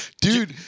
Dude